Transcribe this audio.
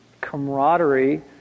camaraderie